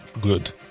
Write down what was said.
Good